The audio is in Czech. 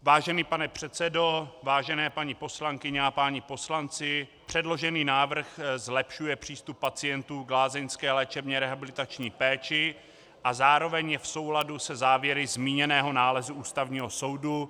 Vážený pane předsedo, vážené paní poslankyně a páni poslanci, předložený návrh zlepšuje přístup pacientů k lázeňské léčebně rehabilitační péči a zároveň je v souladu se závěry zmíněného nálezu Ústavního soudu.